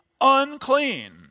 unclean